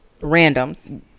randoms